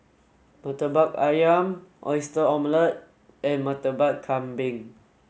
Murtabak Ayam Oyster Omelette and Murtabak Kambing